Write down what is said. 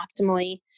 optimally